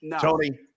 Tony